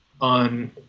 on